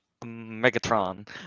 Megatron